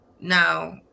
Now